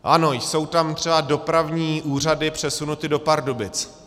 Ano, jsou tam třeba dopravní úřady přesunuty do Pardubic.